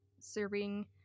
serving